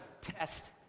test